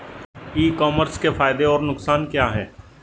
ई commerce के फायदे और नुकसान क्या हैं?